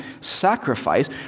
sacrifice